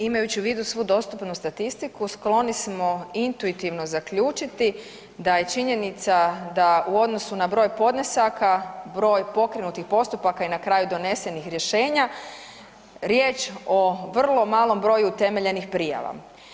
Imajući u vidu svu dostupnu statistiku skloni smo intuitivno zaključiti da je činjenica da u odnosu na broj podnesaka, broj pokrenutih postupaka i na kraju donesenih rješenja riječ o vrlo malom broju utemeljenih prijava.